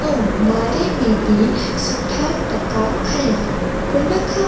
ऐं ॿारहें में बि सुठा टका खणिया उन खां